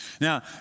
Now